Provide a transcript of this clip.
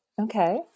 Okay